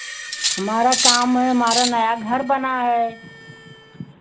हमारा काम है हमारा नया घर बना है